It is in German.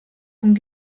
von